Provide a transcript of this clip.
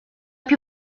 più